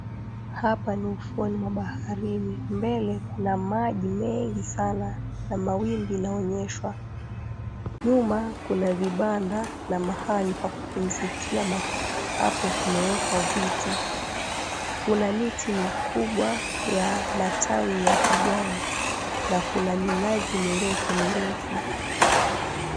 Hapa ni ufuoni mwa baharini mbele kuna maji mengi sana na mawimbi inayooshwa nyuma kuna vibanda na mahali pakupumzikia kumewekwa viti, kuna mti mkubwa ya matawi ya kijani na kuna minazi mirefu mirefu.